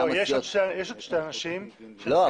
יש עוד שני אנשים --- לא.